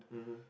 mmhmm